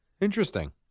interesting